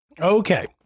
Okay